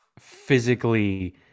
physically